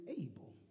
able